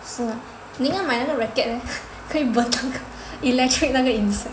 是那个你应该买那个 racket 可以 burn 那个 electric 那个 insect